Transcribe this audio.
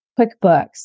QuickBooks